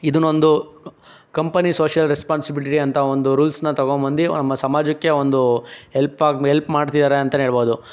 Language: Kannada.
ಇದನ್ನೊಂದು ಕಂಪನಿ ಸೋಷಿಯಲ್ ರೆಸ್ಪಾನ್ಸಿಬಿಲಿಟಿ ಅಂತ ಒಂದು ರೂಲ್ಸ್ನ ತಗೋಬಂದು ನಮ್ಮ ಸಮಾಜಕ್ಕೆ ಒಂದು ಹೆಲ್ಪ್ ಆಗಿ ಹೆಲ್ಪ್ ಮಾಡ್ತಿದ್ದಾರೆ ಅಂತಲೇ ಹೇಳ್ಬೋದು